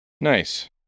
Nice